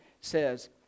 says